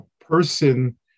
person